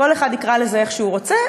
כל אחד יקרא לזה איך שהוא רוצה,